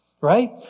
right